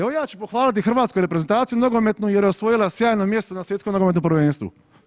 Evo, ja ću pohvaliti hrvatsku reprezentaciju nogometnu jer je osvojila sjajno mjesto na Svjetskom nogometnom prvenstvu.